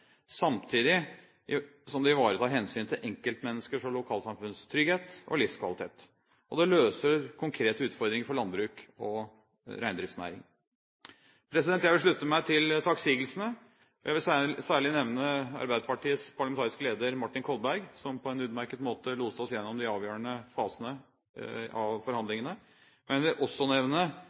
samtidig som det ivaretar hensynet til enkeltmenneskers og lokalsamfunns trygghet og livskvalitet. Og det løser konkrete utfordringer for landbruk og reindriftsnæring. Jeg vil slutte meg til takksigelsene. Jeg vil særlig nevne Arbeiderpartiets parlamentariske leder, Martin Kolberg, som på en utmerket måte loset oss gjennom de avgjørende fasene av forhandlingene. Jeg vi også nevne